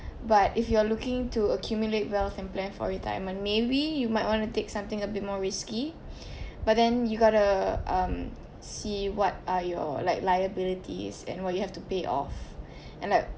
but if you are looking to accumulate wealth and plan for retirement maybe you might want to take something a bit more risky but then you got to um see what are your like liabilities and what you have to pay off and like